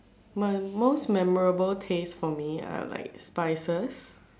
my most memorable taste for me are like spices